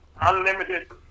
unlimited